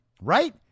right